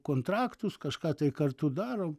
kontraktus kažką tai kartu daro